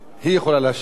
היא יכולה להשיב לך.